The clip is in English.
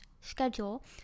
schedule